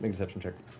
ah deception check.